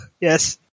yes